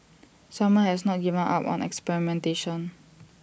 simon has not given up on experimentation